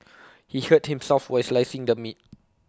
he hurt himself while slicing the meat